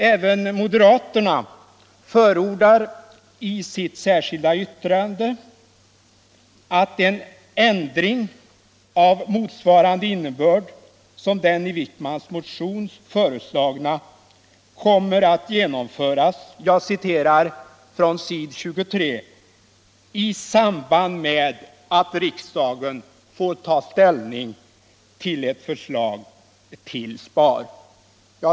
Även moderaterna förordar i sitt särskilda yttrande att en ändring motsvarande den i herr Wijkmans motion föreslagna kommer att genomföras — jag citerar från s. 23 i konstitutionsutskottets betänkande —- ”i samband med att riksdagen under hösten får ta ställning till ev förslag till SPAR”.